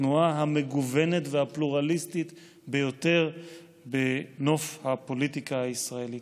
התנועה המגוונת והפלורליסטית ביותר בנוף הפוליטיקה הישראלית.